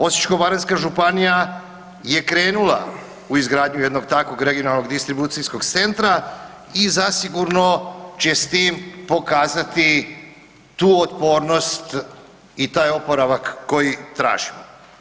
Osječko-baranjska županija je krenula u izgradnju jednog takvog regionalnog distribucijskog centra i zasigurno će s tim pokazati tu otpornost i taj oporavak koji tražimo.